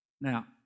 Now